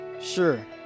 Sure